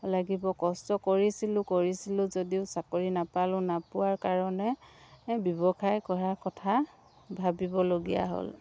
লাগিব কষ্ট কৰিছিলোঁ কৰিছিলোঁ যদিও চাকৰি নাপালোঁ নোপোৱাৰ কাৰণে ব্যৱসায় কৰাৰ কথা ভাবিবলগীয়া হ'ল